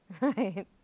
right